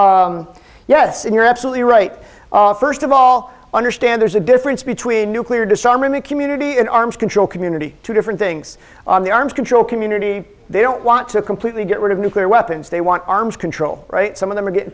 question yes and you're absolutely right first of all understand there's a difference between nuclear disarmament community and arms control community two different things on the arms control community they don't want to completely get rid of nuclear weapons they want arms control some of them are getting